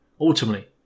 ultimately